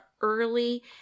early